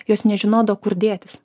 jos nežinodavo kur dėtis